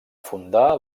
fundar